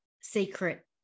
secret